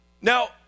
Now